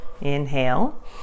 Inhale